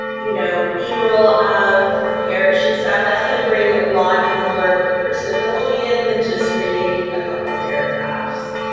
you know the role of the parish and staff, that's gonna bring a lot more personability in than just reading a couple of paragraphs.